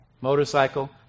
Motorcycle